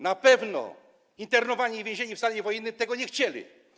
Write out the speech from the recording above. Na pewno internowani i więzieni w stanie wojennym by tego nie chcieli.